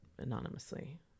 Anonymously